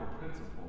principle